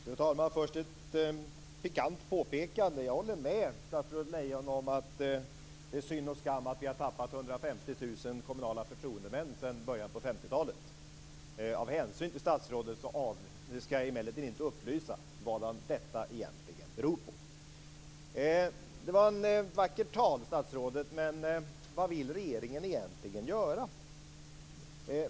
Fru talman! Först ett pikant påpekande: Jag håller med statsrådet Lejon om att det är synd och skam att vi har tappat 150 000 kommunala förtroendemän sedan början på 50-talet. Av hänsyn till statsrådet skall jag emellertid inte upplysa om vad detta egentligen beror på. Det var ett vackert tal, statsrådet. Men vad vill regeringen egentligen göra?